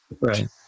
Right